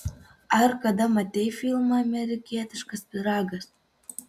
ar kada matei filmą amerikietiškas pyragas